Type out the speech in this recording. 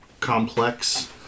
complex